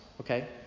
Okay